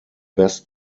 best